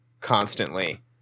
constantly